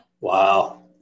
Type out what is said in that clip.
wow